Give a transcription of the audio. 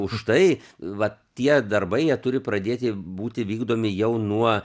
už tai vat tie darbai jie turi pradėti būti vykdomi jau nuo